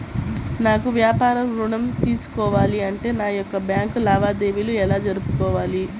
నాకు వ్యాపారం ఋణం తీసుకోవాలి అంటే నా యొక్క బ్యాంకు లావాదేవీలు ఎలా జరుపుకోవాలి?